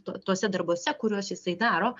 tuose darbuose kuriuos jisai daro